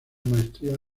maestría